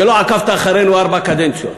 שלא עקבת אחרינו ארבע קדנציות.